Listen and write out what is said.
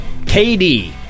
KD